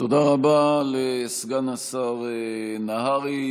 תודה רבה לסגן השר נהרי.